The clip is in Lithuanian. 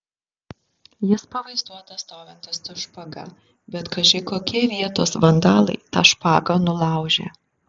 jis pavaizduotas stovintis su špaga bet kaži kokie vietos vandalai tą špagą nulaužė